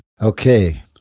Okay